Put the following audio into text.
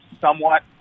somewhat